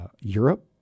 Europe